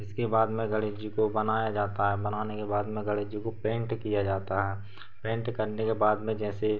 इसके बाद में गणेश जी को बनाया जाता है बनाने के बाद में गणेश जी को पेन्ट किया जाता है पेन्ट करने के बाद में जैसे